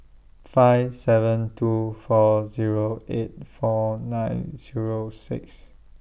five seven two four Zero eight four nine Zero six